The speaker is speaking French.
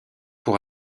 pour